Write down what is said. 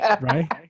right